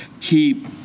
keep